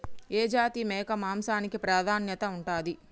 ఏ జాతి మేక మాంసానికి ప్రాధాన్యత ఉంటది?